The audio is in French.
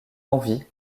envie